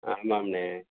ஆமாம்ண்ணே